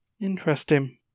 Interesting